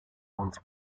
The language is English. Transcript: once